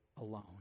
alone